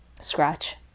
scratch